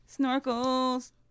Snorkels